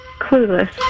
clueless